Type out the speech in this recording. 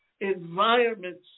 environments